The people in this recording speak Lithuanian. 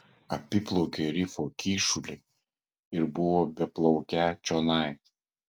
apiplaukė rifo kyšulį ir buvo beplaukią čionai